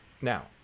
Now